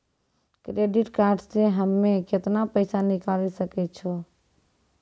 Credit card से हम्मे केतना पैसा निकाले सकै छौ?